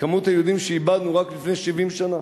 כמות היהודים שאיבדנו רק לפני 70 שנה.